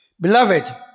Beloved